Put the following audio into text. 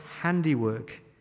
handiwork